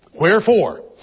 Wherefore